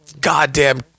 goddamn